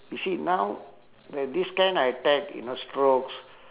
you see now the this kind attack you know strokes